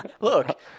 Look